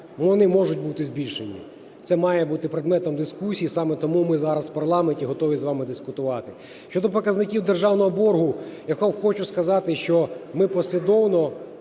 Вони можуть бути збільшеними, це має бути предметом дискусії. Саме тому ми зараз в парламенті готові з вами дискутувати. Щодо показників державного боргу, я хочу сказати, що ми послідовно